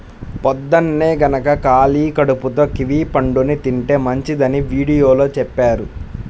పొద్దన్నే గనక ఖాళీ కడుపుతో కివీ పండుని తింటే మంచిదని వీడియోలో చెప్పారు